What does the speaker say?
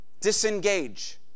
disengage